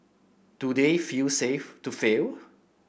do they feel safe to fail